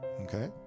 okay